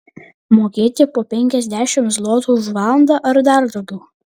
mokėti po penkiasdešimt zlotų už valandą ar dar daugiau